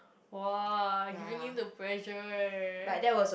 !wow! I'm giving you the pressure leh